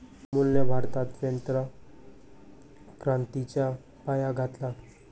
अमूलने भारतात श्वेत क्रांतीचा पाया घातला